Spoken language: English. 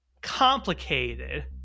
complicated